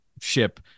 ship